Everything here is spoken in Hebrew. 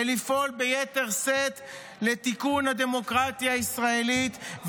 ולפעול ביתר שאת לתיקון הדמוקרטיה הישראלית,